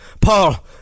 Paul